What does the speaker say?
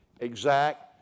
Exact